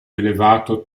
elevato